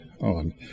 on